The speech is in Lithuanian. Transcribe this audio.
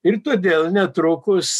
ir todėl netrukus